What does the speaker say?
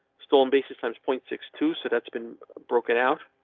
storm basis times point six two. so that's been broken out.